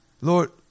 Lord